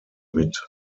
mit